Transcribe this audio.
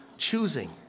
Choosing